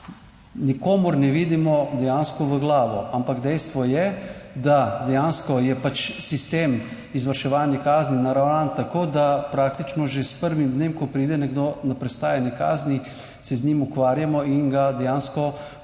Nikomur ne vidimo dejansko v glavo, ampak dejstvo je, da dejansko je sistem izvrševanja kazni naravnan tako, da praktično že s prvim dnem, ko pride nekdo na prestajanje kazni se z njim ukvarjamo in ga dejansko